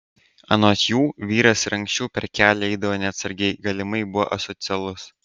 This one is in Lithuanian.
anot jų vyras ir anksčiau per kelią eidavo neatsargiai galimai buvo asocialus